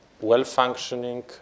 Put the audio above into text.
well-functioning